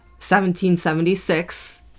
1776